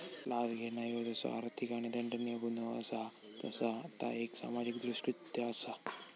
लाच घेणा ह्यो जसो आर्थिक आणि दंडनीय गुन्हो असा तसा ता एक सामाजिक दृष्कृत्य असा